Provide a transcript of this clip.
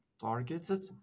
targeted